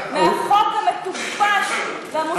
למנוע הסתייגות מהחוק המטופש והמושחת הזה,